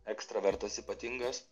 ekstravertas ypatingas